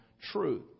truth